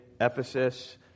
Ephesus